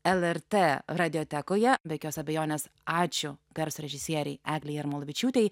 lrt radiotekoje be jokios abejonės ačiū garso režisierei eglei jarmalavičiūtei